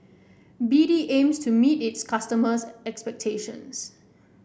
B D aims to meet its customers' expectations